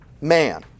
man